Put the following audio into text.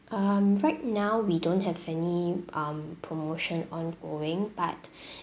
um right now we don't have any um promotion ongoing but